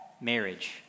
marriage